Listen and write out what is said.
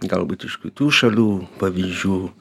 galbūt iš kitų šalių pavyzdžių